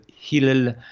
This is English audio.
Hillel